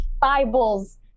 Bibles